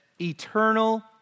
eternal